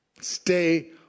Stay